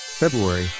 February